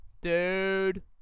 Dude